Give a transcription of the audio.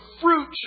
fruit